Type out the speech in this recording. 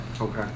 Okay